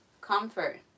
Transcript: comfort